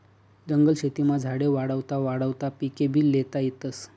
जंगल शेतीमा झाडे वाढावता वाढावता पिकेभी ल्हेता येतस